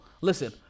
listen